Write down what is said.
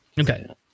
okay